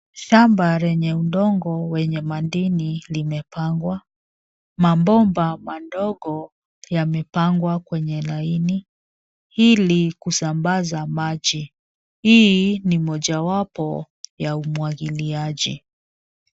Shamba lenye udongo wenye madini limepangwa. Mabomba madogo yamepangwa kwenye laini ili kusambaza maji. Hii ni mojawapo ya umwagiliaji.